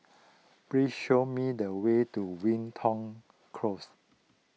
please show me the way to Wilton Close